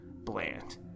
bland